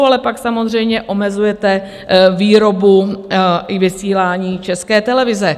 Ale pak samozřejmě omezujete výrobu i vysílání České televize.